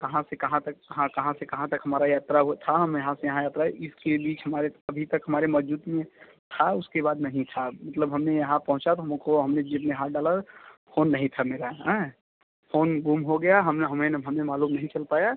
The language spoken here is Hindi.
कहाँ से कहाँ तक कहाँ कहाँ से कहाँ तक हमारा यात्रा हुआ था हम यहाँ से यहाँ यात्रा इसके बीच हमारे अभी तक हमारे मौजूद था उसके बाद नहीं था मतलब हमने यहाँ पहुँचा तो हमको हमने जेब में हाथ डाला फोन नहीं था मेरा हैं फ़ोन गुम गया हम हमें मालूम नहीं चल पाया